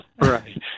right